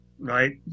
right